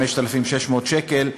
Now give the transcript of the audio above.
5,600 שקל,